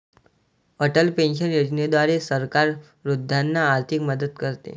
Atal pension योजनेद्वारे सरकार वृद्धांना आर्थिक मदत करते